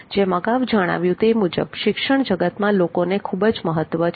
જેમ આગળ જણાવ્યું તે મુજબ શિક્ષણ જગતમાં લોકોને ખુબ જ મહત્વ છે